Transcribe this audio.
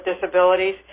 disabilities